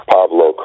Pablo